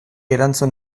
erantzun